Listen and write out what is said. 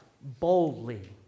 boldly